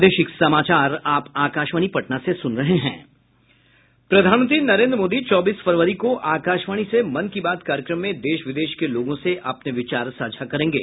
प्रधानमंत्री नरेन्द्र मोदी चौबीस फरवरी को आकाशवाणी से मन की बात कार्यक्रम में देश विदेश के लोगों से अपने विचार साझा करेंगे